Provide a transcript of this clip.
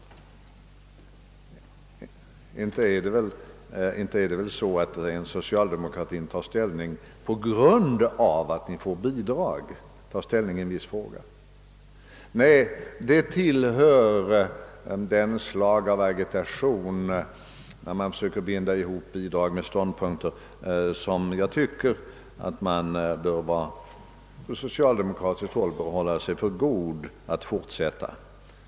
Inte tar väl socialdemokratin ställning i en viss fråga på grund av att ni får bidrag? Nej, försök att binda ihop bidrag med ståndpunkter tillhör ett slag av argumentation som man på socialdemokratiskt håll enligt min mening bör hålla sig för god att fortsätta.